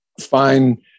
fine